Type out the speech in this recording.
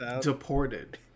deported